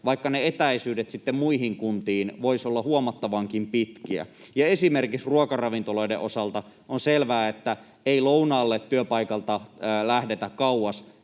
vaikka etäisyydet muihin kuntiin voivat olla huomattavankin pitkiä. Esimerkiksi ruokaravintoloiden osalta on selvää, että ei työpaikalta lähdetä